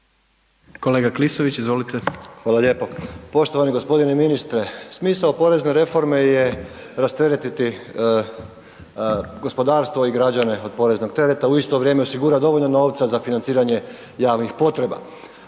**Klisović, Joško (SDP)** Hvala lijepo. Poštovani gospodine ministre. Smisao porezne reforme je rasteretiti gospodarstvo i građane od poreznog tereta u isto vrijeme osigurati dovoljno novca za financiranje javnih potreba.